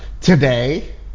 today